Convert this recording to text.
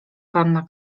panna